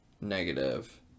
negative